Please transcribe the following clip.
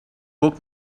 book